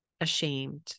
ashamed